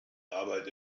arbeit